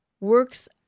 works